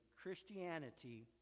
Christianity